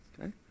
Okay